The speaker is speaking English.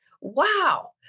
wow